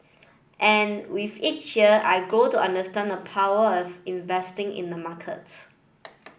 and with each year I grew to understand the power of investing in the markets